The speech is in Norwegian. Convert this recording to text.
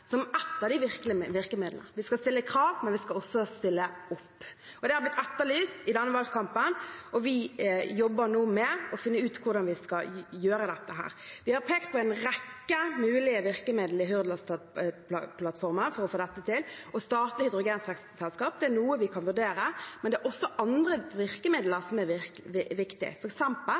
som ett av de virkemidlene. Vi skal stille krav, men vi skal også stille opp. Så det er blitt etterlyst i denne valgkampen, og vi jobber nå med å finne ut hvordan vi skal gjøre dette. I Hurdalsplattformen har vi pekt på en rekke mulige virkemidler for å få dette til, og statlige hydrogenselskaper er noe vi kan vurdere, men det er også andre virkemidler som er viktige